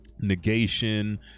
negation